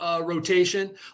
rotation